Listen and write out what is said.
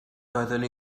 doeddwn